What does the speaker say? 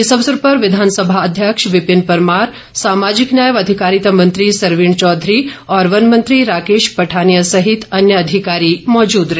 इस अवसर पर विघानसभा अध्यक्ष विपिन परमार सामाजिक न्याय एवं अधिकारिता मंत्री सरवीण चौधरी और वन मंत्री राकेश पठानिया सहित अन्य अधिकारी मौजूद रहे